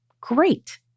great